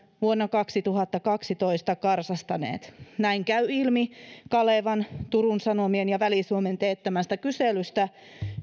vuonna kaksituhattakaksitoista karsastaneet näin käy ilmi kalevan turun sanomien ja väli suomen teettämästä kyselystä